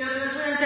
jeg